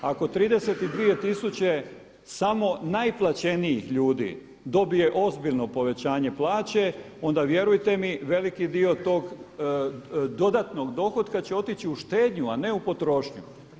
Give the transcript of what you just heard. Ako 32 tisuće samo najplaćenijih ljudi dobije ozbiljno povećanje plaće, onda vjerujte mi, veliki dio tok dodatnog dohotka će otići u štednju, a ne u potrošnju.